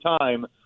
time